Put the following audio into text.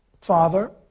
father